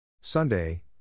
Sunday